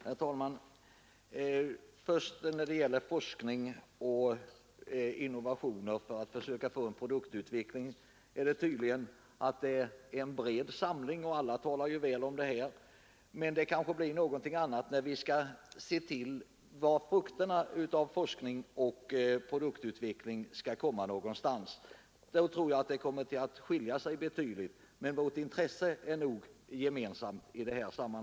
Herr talman! När det gäller forskning och innovationer för att söka få till stånd en produktutveckling är det tydligen en bred samling, och alla talar väl om detta. Men det kanske blir någonting annat när vi skall se efter var frukterna av forskning och produktutveckling skall hamna. Då tror jag att meningarna kommer att skilja sig betydligt. Men vårt intresse är nog gemensamt i detta fall.